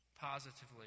positively